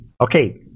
Okay